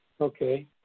Okay